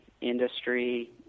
industry